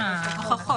זאת הכוונה.